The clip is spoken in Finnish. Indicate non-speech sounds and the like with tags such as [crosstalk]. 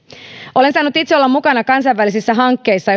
olen saanut itse olla mukana kansainvälisissä hankkeissa [unintelligible]